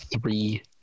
three